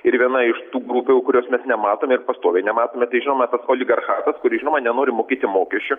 ir viena iš tų grupių kurios mes nematome ir pastoviai nematome tai žinoma tas oligarchatas kuris žinoma nenori mokėti mokesčių